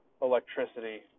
Electricity